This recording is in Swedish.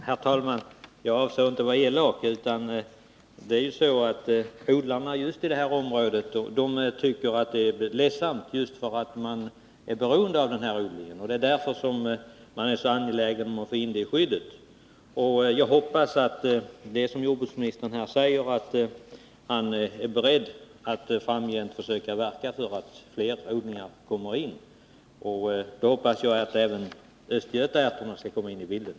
Herr talman! Jag avsåg inte att vara elak, men odlar man bönor just i det området, tycker man det är ledsamt med de nuvarande reglerna, därför att man är beroende av den odlingen, och man är då angelägen om att få in den i skyddet. Jordbruksministern säger att han är beredd att framgent försöka verka för att flera slag av odling kommer in i skördeskadeskyddet. Då hoppas jag att även östgötaärtorna skall komma in i bilden.